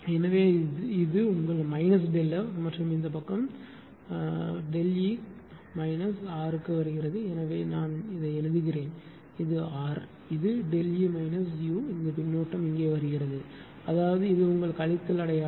எனவே இது உங்கள் மைனஸ் ΔF மற்றும் இந்த பக்கம் இந்த பக்கமானது உங்கள் E க்கு கழித்து R க்கு வருகிறது இங்கே நான் எழுதுகிறேன் இது ஆர் இது E மைனஸ் u இந்த பின்னூட்டம் இங்கே வருகிறது அதாவது இது உங்கள் கழித்தல் அடையாளம்